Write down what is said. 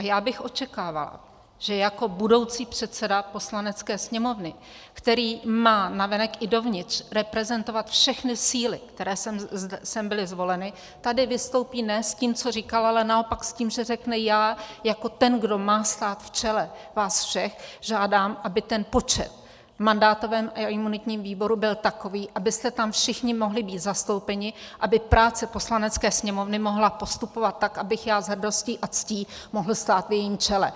Já bych očekávala, že jako budoucí předseda Poslanecké sněmovny, který má navenek i dovnitř reprezentovat všechny síly, které sem byly zvoleny, tady vystoupí ne s tím, co říkal, ale naopak s tím, že řekne: já jako ten, kdo má stát v čele vás všech, žádám, aby ten počet v mandátovém a imunitním výboru byl takový, abyste tam všichni mohli být zastoupeni, aby práce Poslanecké sněmovny mohla postupovat tak, abych já s hrdostí a ctí mohl stát v jejím čele.